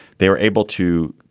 they were able to